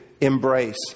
embrace